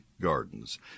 Gardens